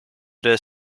the